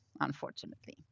unfortunately